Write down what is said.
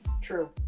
True